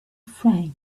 friend